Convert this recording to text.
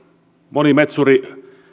moni metsuri